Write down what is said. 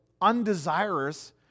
undesirous